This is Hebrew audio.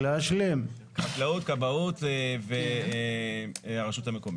העבודה, חקלאות, כבאות והרשות המקומית.